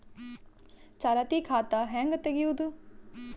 ಚಾಲತಿ ಖಾತಾ ಹೆಂಗ್ ತಗೆಯದು?